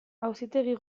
auzitegi